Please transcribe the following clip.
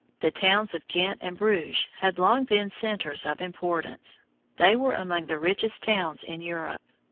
the towns of ghent and bruges had long been centres of importance they were among the richest towns in europe.